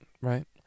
right